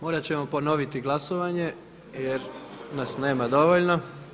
Morat ćemo ponoviti glasovanje jer nas nema dovoljno.